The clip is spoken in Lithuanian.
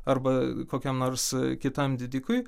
arba kokiam nors kitam didikui